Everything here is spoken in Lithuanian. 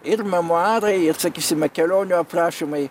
ir memuarai ir sakysime kelionių aprašymai